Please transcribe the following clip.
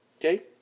Okay